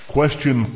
Question